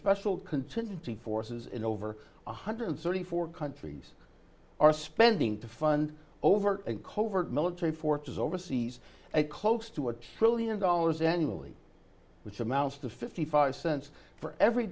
special continues to forces in over one hundred thirty four countries are spending to fund overt and covert military forces overseas a close to a trillion dollars annually which amounts to fifty five cents for every